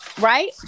right